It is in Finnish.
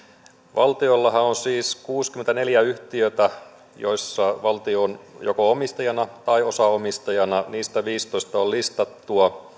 valtiollahan on siis kuusikymmentäneljä yhtiötä joissa valtio on joko omistajana tai osaomistajana niistä viisitoista on listattuja